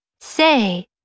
say